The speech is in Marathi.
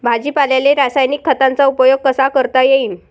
भाजीपाल्याले रासायनिक खतांचा उपयोग कसा करता येईन?